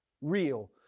real